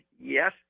Yes